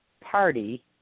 party